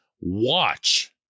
watch